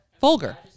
vulgar